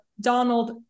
Donald